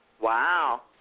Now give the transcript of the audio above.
Wow